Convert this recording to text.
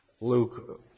Luke